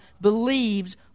believes